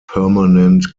permanent